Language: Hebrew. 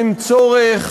אין צורך,